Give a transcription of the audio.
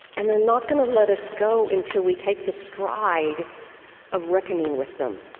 and they're not gonna let us go until we take the stride of reckoning with them